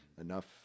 Enough